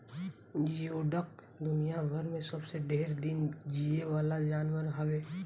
जियोडक दुनियाभर में सबसे ढेर दिन जीये वाला जानवर हवे